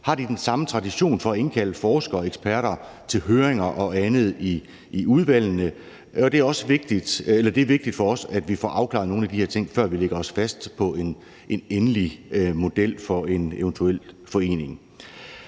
Har de den samme tradition for at indkalde forskere og eksperter til høring og andet i udvalgene? Det er vigtigt for os, at vi får afklaret nogle af de her ting, før vi lægger os fast på en endelig model for en eventuel forening.